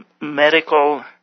medical